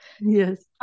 Yes